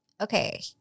okay